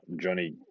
Johnny